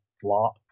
flop